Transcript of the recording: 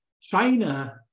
China